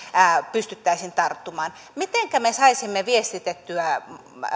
pystyttäisiin tarttumaan mitenkä me saisimme viestitettyä